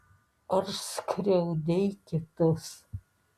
ar skriaudei kitus